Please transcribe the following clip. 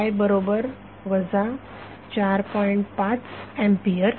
5 A vx3 i7